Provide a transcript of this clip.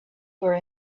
were